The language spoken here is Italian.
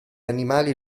animali